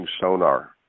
sonar